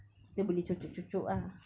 kita boleh cucuk cucuk ah